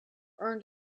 earned